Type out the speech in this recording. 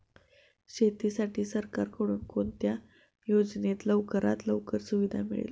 शेतीसाठी सरकारकडून कोणत्या योजनेत लवकरात लवकर सुविधा मिळते?